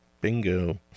Bingo